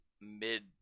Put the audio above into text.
mid